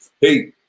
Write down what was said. Hey